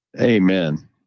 amen